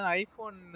iPhone